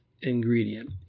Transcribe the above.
ingredient